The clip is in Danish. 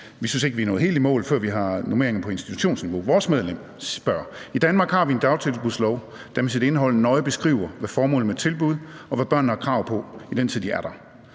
vi synes ikke, vi er nået helt i mål med at få normeringer på institutionsniveau. I Danmark har vi en dagtilbudslov, der med sit indhold nøje beskriver, hvad formålet er med tilbuddet, og hvad børnene har krav på i den tid, de er der.